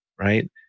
right